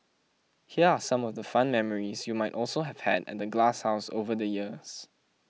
here are some of the fun memories you might also have had at the glasshouse over the years